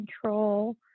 control